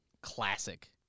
Classic